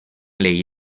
lei